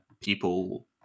people